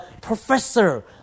professor